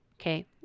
okay